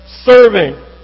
serving